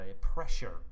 pressure